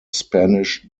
spanish